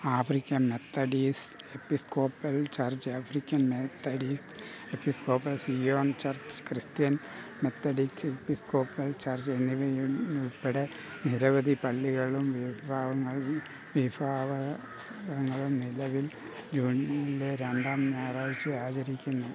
African Methodist Episcopal Church African Methodist Episcopal Zion Church Christian Methodist Episcopal Church എന്നിവ ഉൾപ്പെടെ നിരവധി പള്ളികളും വിഭാഗങ്ങളും വിഭാഗങ്ങളും നിലവിൽ ജൂണിലെ രണ്ടാം ഞായറാഴ്ച ആചരിക്കുന്നു